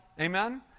Amen